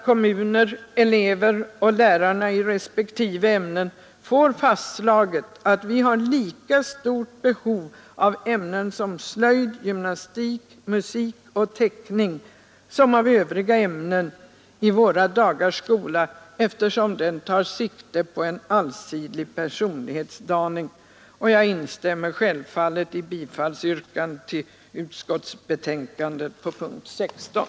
Kommunerna, eleverna och lärarna i respektive ämnen får således fastslaget att vi har lika stort behov av ämnen som slöjd, gymnastik, musik och teckning som av övriga ämnen i våra dagars skola, eftersom den tar sikte på en allsidig personlighetsdaning. Jag instämmer självfallet i yrkandet om bifall till utskottets hemställan på punkten 16.